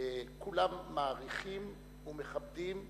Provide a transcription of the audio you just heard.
כולם מעריכים ומכבדים,